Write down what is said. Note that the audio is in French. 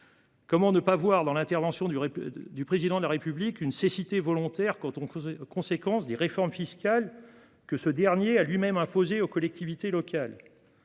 Comment ne pas percevoir dans l’intervention du Président de la République une cécité volontaire quant aux conséquences des réformes fiscales que celui-ci a lui-même imposées aux collectivités locales ?